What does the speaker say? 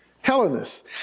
Hellenists